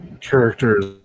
characters